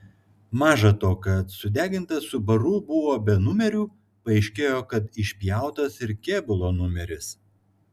maža to kad sudegintas subaru buvo be numerių paaiškėjo kad išpjautas ir kėbulo numeris